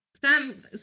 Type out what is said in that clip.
Sam